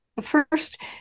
First